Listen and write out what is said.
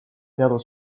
perdre